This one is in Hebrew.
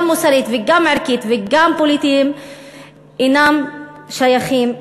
מוסרית וגם ערכית וגם פוליטית אינם שייכים לכם.